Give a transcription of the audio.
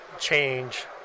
change